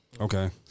Okay